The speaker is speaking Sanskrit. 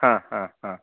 हा हा हा